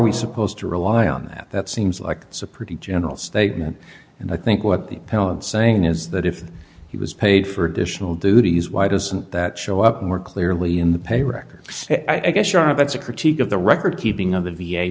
we supposed to rely on that that seems like it's a pretty general statement and i think what the hell and saying is that if he was paid for additional duties why doesn't that show up more clearly in the pay records i guess you are that's a critique of the record keeping of the v